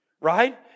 right